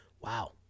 wow